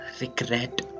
regret